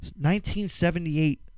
1978